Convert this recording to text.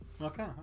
okay